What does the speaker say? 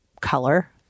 color